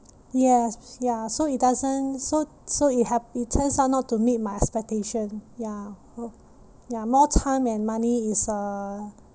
yes ya so it doesn't so so it hap~ it turns out not to meet my expectation ya ya more time and money is uh